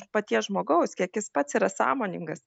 paties žmogaus kiek jis pats yra sąmoningas